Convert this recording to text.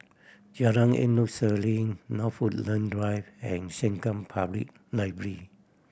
Jalan Endut Senin North Woodland Drive and Sengkang Public Library